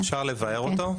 אפשר לבאר אותו,